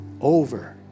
over